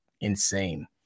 insane